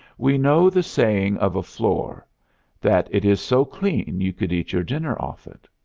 we know the saying of a floor that it is so clean you could eat your dinner off it.